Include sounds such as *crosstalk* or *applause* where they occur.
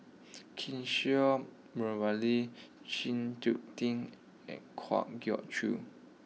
Kishore Mahbubani Chng *unintelligible* Tin and Kwa Geok Choo